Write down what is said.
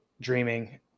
dreaming